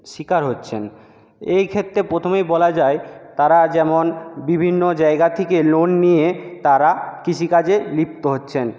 শিকার হচ্ছেন এই ক্ষেত্রে প্রথমেই বলা যায় তারা যেমন বিভিন্ন জায়গা থেকে লোন নিয়ে তারা কৃষিকাজে লিপ্ত হচ্ছেন